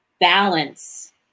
balance